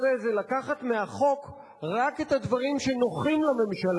זה לקחת מהחוק רק את הדברים שנוחים לממשלה,